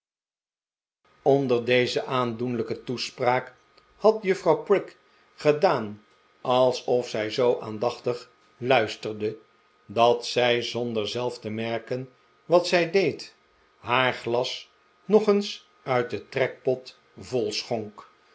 onder deze aandoenlijke toespraak had juffrouw prig gedaan alsof zij zoo aandachtig luisterde dat zij zonder zelf te merken wat zij deed haar glas nog eens uit den trekpot vol schonk